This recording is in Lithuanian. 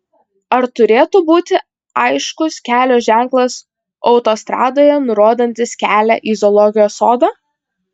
ar turėtų būti aiškus kelio ženklas autostradoje nurodantis kelią į zoologijos sodą